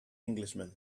englishman